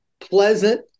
pleasant